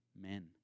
men